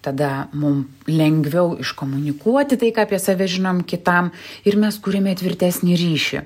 tada mum lengviau iškomunikuoti tai ką apie save žinom kitam ir mes kuriame tvirtesnį ryšį